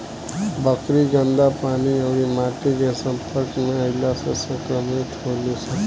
बकरी गन्दा पानी अउरी माटी के सम्पर्क में अईला से संक्रमित होली सन